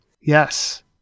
Yes